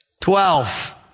Twelve